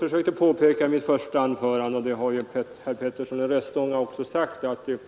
vilket jag påpekade i mitt första anförande och vilket herr Petersson i Röstånga också har framhållit.